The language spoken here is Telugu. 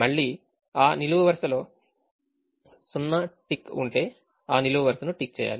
మళ్ళీ ఆ నిలువు వరుసలో సున్నా టిక్ ఉంటే ఆ నిలువు వరుసను టిక్ చేయాలి